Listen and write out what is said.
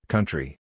Country